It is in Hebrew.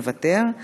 מוותר.